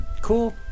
cool